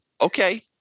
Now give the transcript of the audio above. okay